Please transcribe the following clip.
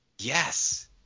yes